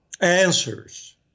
answers